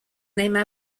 named